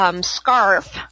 scarf